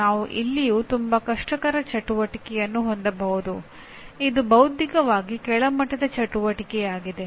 ನಾನು ಇಲ್ಲಿಯೂ ತುಂಬಾ ಕಷ್ಟಕರ ಚಟುವಟಿಕೆಯನ್ನು ಹೊಂದಬಹುದು ಇದು ಬೌದ್ಧಿಕವಾಗಿ ಕೆಳಮಟ್ಟದ ಚಟುವಟಿಕೆಯಾಗಿದೆ